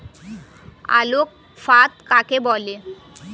আলোক ফাঁদ কাকে বলে?